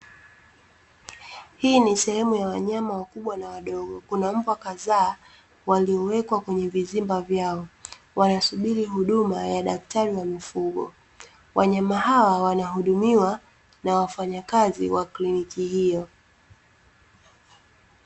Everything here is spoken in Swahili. Hii ni sehemu ya wanyama wakubwa na wadogo, kuna mbwa kadhaa waliowekwa kwenye vizimba vyao, wanasubiri huduma ya daktari wa mifugo. Wanyama hawa wanahudumiwa na wafanyakazi wa kliniki hiyo.